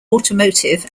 automotive